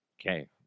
Okay